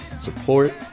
Support